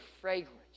fragrance